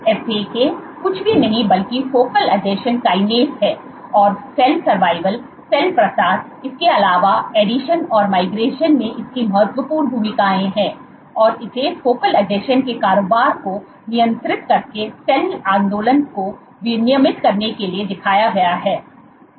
FAK कुछ भी नहीं बल्कि फोकल आसंजन काइनेज है और सेल सर्वाइवल सेल प्रसार इसके अलावा एडिशन और माइग्रेशन में इसकी महत्वपूर्ण भूमिकाएं हैं और इसे फोकल आसंजन के कारोबार को नियंत्रित करके सेल आंदोलन को विनियमित करने के लिए दिखाया गया है